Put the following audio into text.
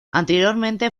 anteriormente